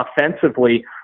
offensively